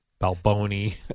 Balboni